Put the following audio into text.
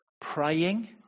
praying